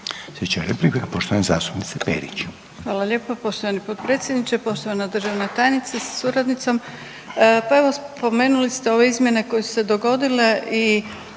Perić. **Perić, Grozdana (HDZ)** Hvala lijepa poštovani potpredsjedniče, poštovana državna tajnice sa suradnicom. Pa evo spomenuli ste ove izmjene koje su se dogodile i